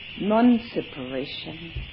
non-separation